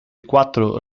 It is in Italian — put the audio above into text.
quattro